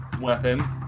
weapon